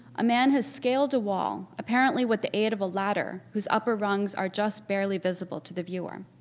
a man has scaled a wall, apparently with the aid of a ladder, whose upper rungs are just barely visible to the viewer.